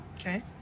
Okay